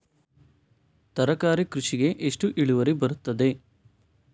ತರಕಾರಿ ಕೃಷಿಗೆ ಎಷ್ಟು ಇಳುವರಿ ಬರುತ್ತದೆ?